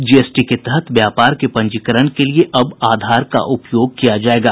GST के तहत व्यापार के पंजीकरण के लिए अब आधार का उपयोग किया जाएगा